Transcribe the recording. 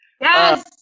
Yes